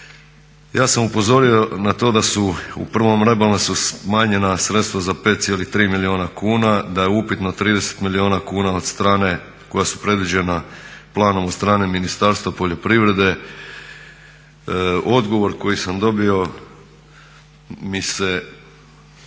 Ja sam upozorio na to da su u prvom rebalansu smanjenja sredstva za 5,3 milijuna kuna, da je upitno 30 milijuna kuna od strane, koja su predviđena planom od strane Ministarstva poljoprivrede. Odgovor koji sam dobio mi se